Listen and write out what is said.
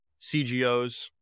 CGOs